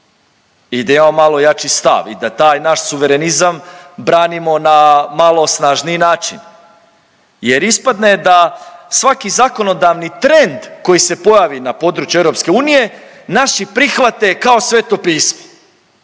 i da imamo malo jači stav i da taj naš suverenizam branimo na malo snažniji način, jer ispadne da svaki zakonodavni trend koji se pojavi na području EU naši prihvate kao Sveto pismo.